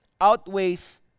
outweighs